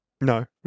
No